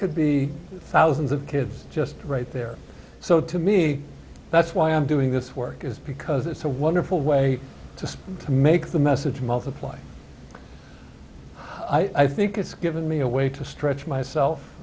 could be thousands of kids just right there so to me that's why i'm doing this work is because it's a wonderful way to make the message multiply i think it's given me a way to stretch myself